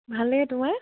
ভালে তোমাৰ